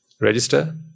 register